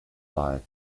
leid